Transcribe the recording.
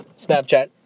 Snapchat